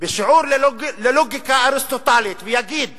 בשיעור ללוגיקה אריסטוטלית ויגיד